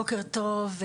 בוקר טוב.